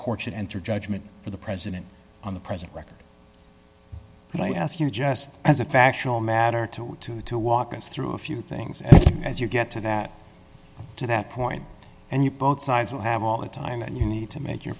court should enter judgment for the president on the present record and i ask you just as a factual matter to to to walk us through a few things and as you get to that to that point and you both sides will have all the time that you need to make your